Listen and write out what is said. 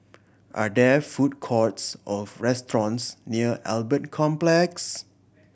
are there food courts or restaurants near Albert Complex